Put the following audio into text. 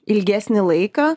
ilgesnį laiką